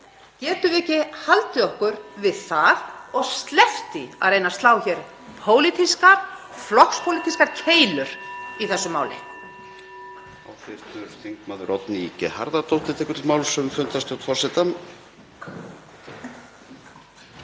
Getum við ekki haldið okkur við það og sleppt því að reyna að slá hér pólitískar, flokkspólitískar keilur í þessu máli?